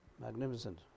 magnificent